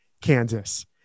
Kansas